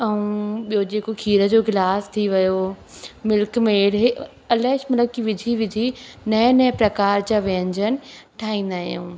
ऐं ॿियो जेको खीर जो गिलास थी वियो मिल्क मेड हे अलाए मतिलब विझी विझी नए नए प्रकार जा व्यंजन ठाहिंदा आहियूं